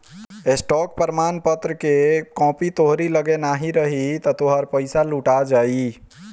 stock प्रमाणपत्र कअ copy तोहरी लगे नाही रही तअ तोहार पईसा लुटा जाई